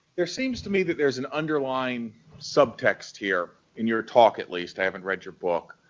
there seems to me that there's an underlying subtext here in your talk at least, i haven't read your book.